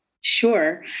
Sure